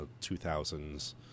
2000s